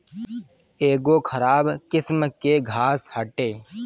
इ एगो खराब किस्म के घास हटे